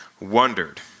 wondered